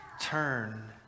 turn